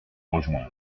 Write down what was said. rejoindre